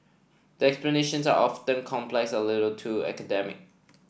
the explanations are often complex a little too academic